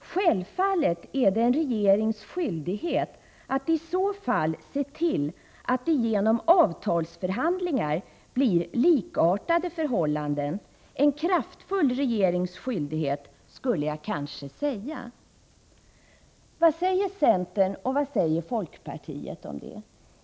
Självfallet är det en regerings skyldighet att i så fall se till att det genom avtalsförhandlingar blir likartade förhållanden —en kraftfull regerings skyldighet, skulle jag kanske säga.” Vad säger centern och folkpartiet om detta?